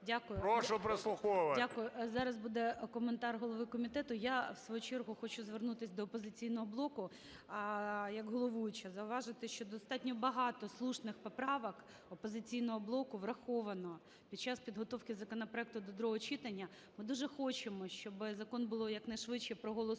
Дякую. Зараз буде коментар голови комітету. Я в свою чергу хочу звернутись до "Опозиційного блоку" як головуюча, зауважити, що достатньо багато слушних поправок "Опозиційного блоку" враховано під час підготовки законопроекту до другого читання. Ми дуже хочемо, щоб закон було якнайшвидше проголосовано